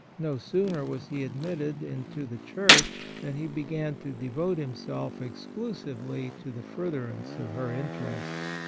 no sooner was he admitted into the church than he began to devote himself exclusively to the furtherance of her interests.